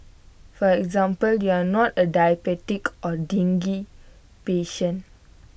for example you are not A diabetic or dengue patient